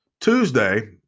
Tuesday